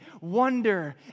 Wonder